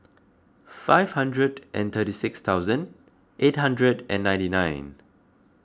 five hundred and thirty six thousand eight hundred and ninety nine